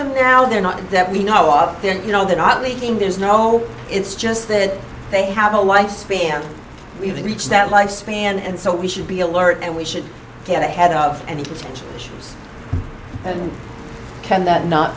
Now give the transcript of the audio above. them now they're not that we know of then you know they're not leaking there's no it's just that they have a life span we haven't reached that lifespan and so we should be alert and we should get ahead of any potential issues and can that not